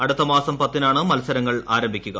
അടുത്ത മാസം പത്തിനാണ് മത്സങ്ങൾ ആരംഭിക്കുക